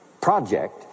project